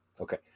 Okay